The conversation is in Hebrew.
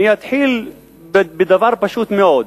אני אתחיל בדבר פשוט מאוד,